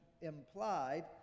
implied